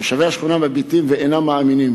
תושבי השכונה מביטים ואינם מאמינים: